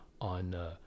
on